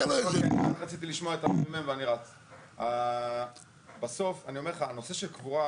2022. בסוף אני אומר לך, הנושא של קבורה,